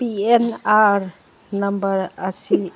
ꯄꯤ N R number ꯑꯁꯤ